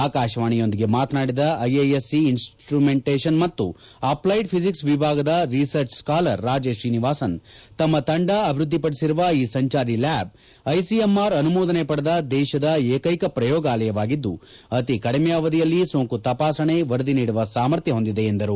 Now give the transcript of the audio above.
ಆಕಾಶವಾಣಿಯೊಂದಿಗೆ ಮಾತನಾಡಿದ IIS C instrumentation ಮತ್ತು ಅಪ್ಲೈಡ್ ಫಿಸಿಕ್ಸ್ ವಿಭಾಗದ ರಿಸರ್ಚ್ ಸ್ನಾಲರ್ ರಾಜೇಶ್ ಶ್ರೀನಿವಾಸನ್ ತಮ್ಮ ತಂಡ ಅಭಿವ್ದದ್ದಿಪಡಿಸಿರುವ ಈ ಸಂಜಾರಿ ಲ್ವಾಬ್ ಐಸಿಎಂಆರ್ ಅನುಮೋದನೆ ಪಡೆದ ದೇಶದ ಏಕೈಕ ಪ್ರಯೋಗಾಲಯವಾಗಿದ್ದು ಅತಿ ಕಡಿಮೆ ಅವಧಿಯಲ್ಲಿ ಸೋಂಕು ತಪಾಸಣೆ ವರದಿ ನೀಡುವ ಸಾಮರ್ಥ್ವ ಹೊಂದಿದೆ ಎಂದರು